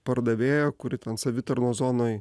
pardavėja kuri ten savitarnos zonoj